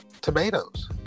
tomatoes